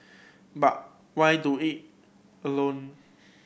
but why do it alone